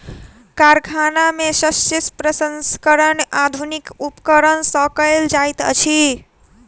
कारखाना में शस्य प्रसंस्करण आधुनिक उपकरण सॅ कयल जाइत अछि